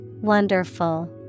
Wonderful